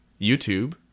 YouTube